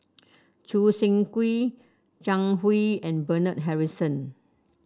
Choo Seng Quee Zhang Hui and Bernard Harrison